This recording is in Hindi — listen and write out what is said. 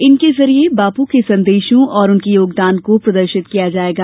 इनके जरिए बापू के संदेशों और उनके योगदान को प्रदर्शित किया जायेगा